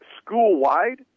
school-wide